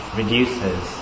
reduces